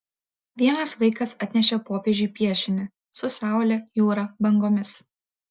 vienas vaikas atnešė popiežiui piešinį su saule jūra bangomis